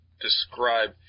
describe